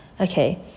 Okay